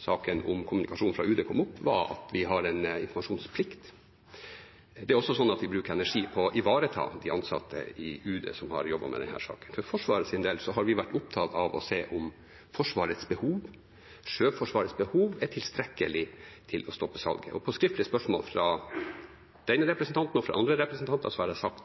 saken om kommunikasjon fra UD kom opp, var at vi har en informasjonsplikt. Det er også sånn at vi bruker energi på å ivareta de ansatte i UD som har jobbet med denne saken. For Forsvarets del har vi vært opptatt av å se på om Forsvarets behov, Sjøforsvarets behov, er tilstrekkelig til å stoppe salget, og på skriftlig spørsmål fra denne representanten – og fra andre representanter – har jeg sagt